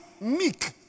meek